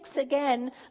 again